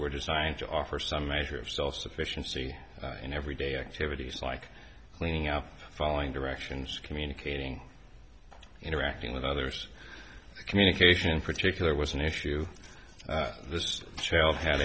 were designed to offer some measure of self sufficiency in everyday activities like cleaning up following directions communicating interacting with others communication particular was an issue this child had